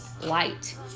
light